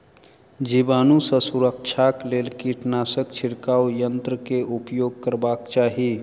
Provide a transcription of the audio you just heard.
जीवाणु सॅ सुरक्षाक लेल कीटनाशक छिड़काव यन्त्र के उपयोग करबाक चाही